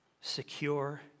secure